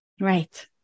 Right